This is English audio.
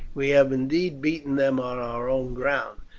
we have indeed beaten them on our own ground,